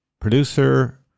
producer